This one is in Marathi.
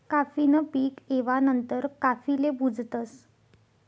काफी न पीक येवा नंतर काफीले भुजतस